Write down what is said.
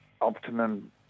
optimum